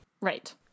Right